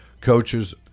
coaches